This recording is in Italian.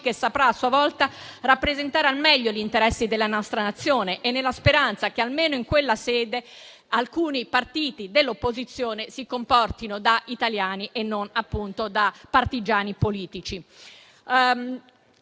che saprà rappresentare al meglio gli interessi della nostra Nazione e nella speranza che, almeno in quella sede, alcuni partiti dell'opposizione si comportino da italiani e non da partigiani politici.